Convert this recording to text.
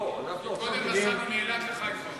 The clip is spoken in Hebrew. קודם נסענו מאילת לחיפה.